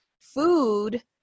food –